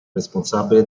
responsabile